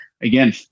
again